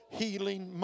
healing